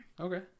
Okay